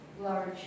large